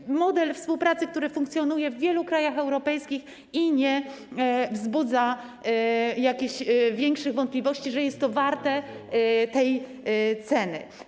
Jest to model współpracy, który funkcjonuje w wielu krajach europejskich i nie wzbudza jakichś większych wątpliwości, że jest to warte tej ceny.